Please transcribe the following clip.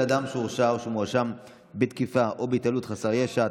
אדם שהורשע או שמואשם בתקיפה או בהתעללות בחסר ישע,